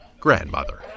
grandmother